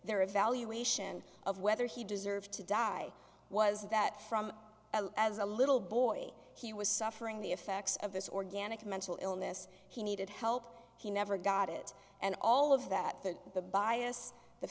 their evaluation of whether he deserved to die was that from as a little boy he was suffering the effects of this organic mental illness he needed help he never got it and all of that the bias the